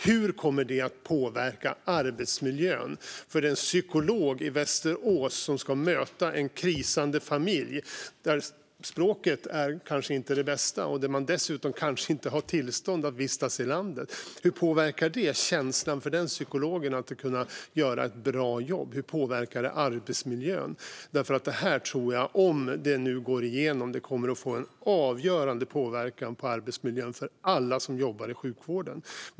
Hur kommer det att påverka arbetsmiljön för den psykolog i Västerås som ska möta en krisande familj där språket kanske inte är det bästa och där man dessutom kanske inte har tillstånd att vistas i landet? Hur påverkar det psykologens känsla av att kunna göra ett bra jobb? Hur påverkar det arbetsmiljön? Om det här går igenom tror jag att det kommer att få en avgörande påverkan på arbetsmiljön för alla som jobbar i sjukvården.